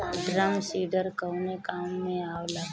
Drum seeder कवने काम में आवेला?